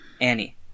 Annie